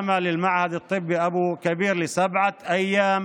חוק לפעילות של המכון הרפואי באבו כביר במשך שבעה ימים